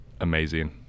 amazing